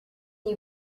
you